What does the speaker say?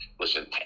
Listen